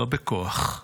לא בכוח,